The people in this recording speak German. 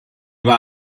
war